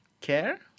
Care